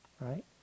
right